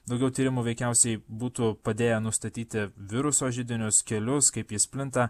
daugiau tyrimų veikiausiai būtų padėję nustatyti viruso židinius kelius kaip jis plinta